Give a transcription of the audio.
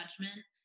judgment